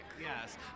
Yes